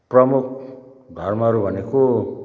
प्रमुख धर्महरू भनेको